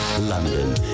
London